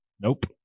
Nope